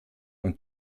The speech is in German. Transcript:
und